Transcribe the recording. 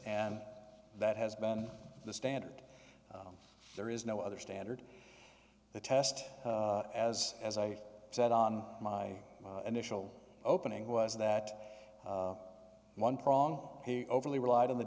and that has been the standard there is no other standard the test as as i said on my initial opening was that one prong he overly relied on the